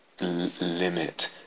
limit